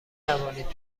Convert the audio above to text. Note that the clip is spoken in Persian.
توانید